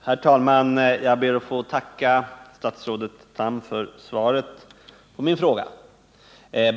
Herr talman! Jag ber att få tacka statsrådet Tham för svaret på min fråga.